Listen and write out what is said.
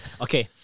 okay